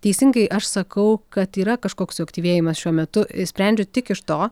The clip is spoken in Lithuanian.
teisingai aš sakau kad yra kažkoks suaktyvėjimas šiuo metu sprendžiu tik iš to